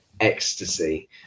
ecstasy